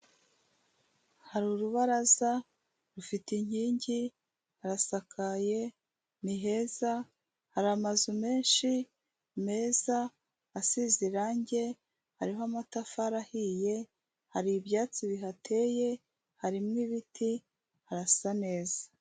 Hari urubaraza rufite inkingi, harasakaye ni heza, hari amazu menshi meza asize irangi, hariho amatafari ahiye, hari ibyatsi bihateye ,harimo ibiti, harasa neza.